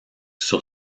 sur